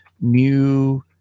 new